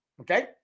okay